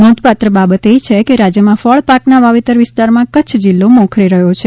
નોંધપાત્ર બાબત એ છે કે રાજ્યમાં ફળ પાકના વાવેતર વિસ્તારમાં કચ્છ જિલ્લો મોખરે છે